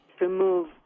remove